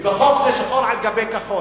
ובחוק זה שחור על גבי כחול.